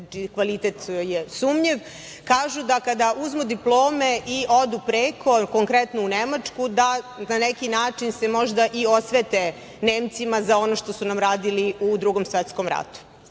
kvalitet je sumnjiv, kažu da kada uzmu diplome i odu preko, konkretno u Nemačku, da na neki način se možda i osvete Nemcima za ono što su nam radili u Drugom svetskom ratu. Tako